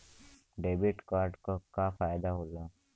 Debit card क का फायदा हो ला?